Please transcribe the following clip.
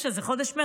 החודש הזה,